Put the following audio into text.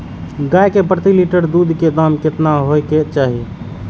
गाय के प्रति लीटर दूध के दाम केतना होय के चाही?